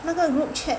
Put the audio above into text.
那个 group chat